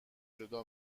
جدا